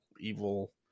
evil